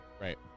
Right